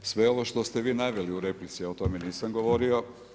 Sve ovo što ste vi naveli u replici, ja o tome nisam govorio.